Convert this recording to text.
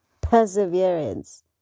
Perseverance